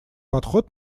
подход